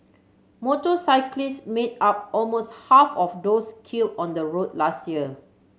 motorcyclists made up almost half of those kill on the road last year